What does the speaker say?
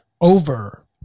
over